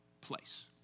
place